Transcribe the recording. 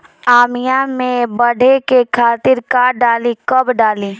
आमिया मैं बढ़े के खातिर का डाली कब कब डाली?